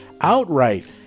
outright